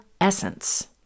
essence